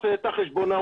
קורא